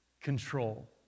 control